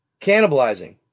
cannibalizing